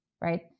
right